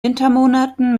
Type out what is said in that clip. wintermonaten